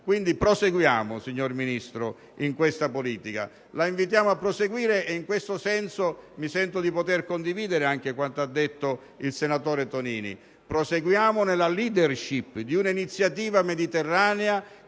proseguiamo in questa politica. La invitiamo a proseguire e in questo senso mi sento di poter condividere anche quanto ha detto il senatore Tonini. Proseguiamo nella *leadership* di un'iniziativa mediterranea